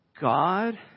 God